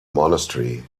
monastery